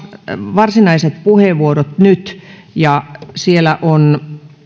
varsinaiset puheenvuorot nyt ja siellä on